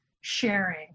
sharing